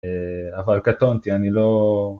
אבל קטונתי, אני לא